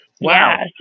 Wow